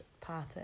party